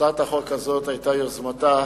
הצעת החוק הזאת היתה יוזמתה